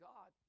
God